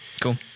Cool